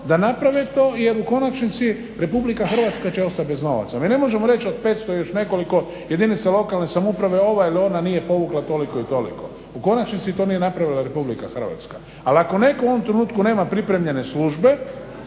da naprave to jer u konačnici Republika Hrvatska će ostat bez novaca. Mi ne možemo reći od 500 i još nekoliko jedinica lokalne samouprave ova ili ona nije povukla toliko i toliko. U konačnici to nije napravila Republika Hrvatska. Ali ako netko u ovom trenutku nema pripremljene službe